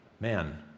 man